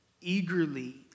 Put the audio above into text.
eagerly